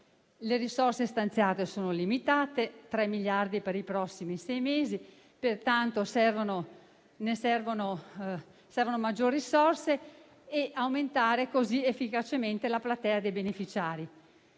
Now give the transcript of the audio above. Le risorse stanziate sono limitate: 3 miliardi per i prossimi sei mesi. Pertanto servono maggiori risorse per aumentare efficacemente la platea dei beneficiari.